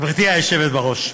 גברתי היושבת בראש,